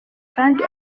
kandi